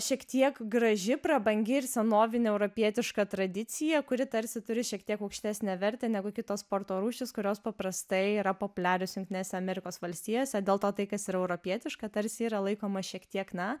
šiek tiek graži prabangi ir senovinė europietiška tradicija kuri tarsi turi šiek tiek aukštesnę vertę negu kitos sporto rūšys kurios paprastai yra populiarios jungtinėse amerikos valstijose dėl to tai kas yra europietiška tarsi yra laikoma šiek tiek na